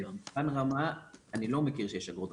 במבחן רמה אני לא מכיר שיש אגרות.